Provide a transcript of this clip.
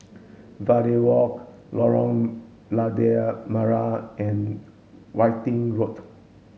Verde Walk Lorong Lada Merah and Wittering Road